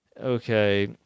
Okay